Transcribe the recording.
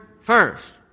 first